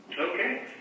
Okay